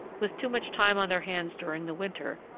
with too much time on their hands during the winter,